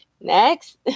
Next